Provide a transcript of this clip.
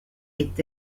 est